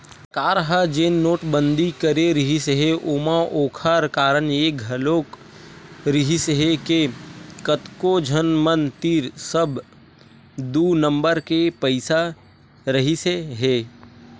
सरकार ह जेन नोटबंदी करे रिहिस हे ओमा ओखर कारन ये घलोक रिहिस हे के कतको झन मन तीर सब दू नंबर के पइसा रहिसे हे